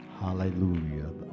hallelujah